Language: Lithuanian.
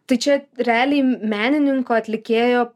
tai čia realiai menininko atlikėjo